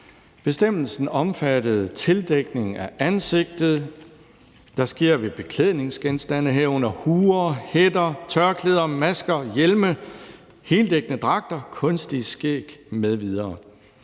Bestemmelsen omfattede tildækning af ansigtet, der sker ved beklædningsgenstande, herunder huer, hætter, tørklæder, masker, hjelme, heldækkende dragter, kunstige skæg m.v.